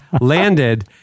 landed